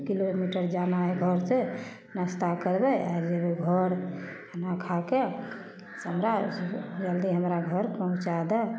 kilometre जाना हइ घरसँ नस्ता करबय आओर जेबय घर खाना खाके से हमरा जल्दी हमरा घर पहुँचा दय